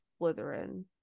Slytherin